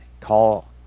call